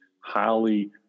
highly